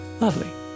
lovely